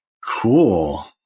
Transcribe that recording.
Cool